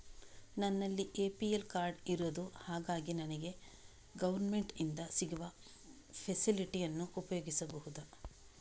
ನನ್ನಲ್ಲಿ APL card ಇರುದು ಹಾಗಾಗಿ ನನಗೆ ಗವರ್ನಮೆಂಟ್ ಇಂದ ಸಿಗುವ ಫೆಸಿಲಿಟಿ ಅನ್ನು ಉಪಯೋಗಿಸಬಹುದಾ?